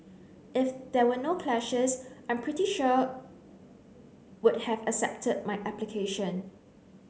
if there were no clashes I'm pretty sure would have accepted my application